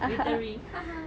wiltering ha ha